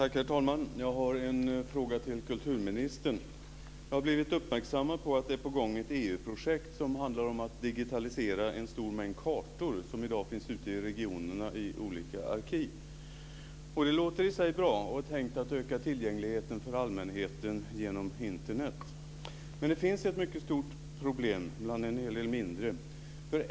Herr talman! Jag har en fråga till kulturministern. Jag har blivit uppmärksammad på att ett EU-projekt är på gång som handlar om att digitalisera en stor mängd kartor som i dag finns ute i regionerna i olika arkiv. Det låter i sig bra. Det är tänkt att öka tillgängligheten för allmänheten genom Internet. Men det finns ett mycket stort problem bland en hel del mindre.